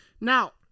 Now